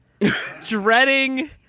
dreading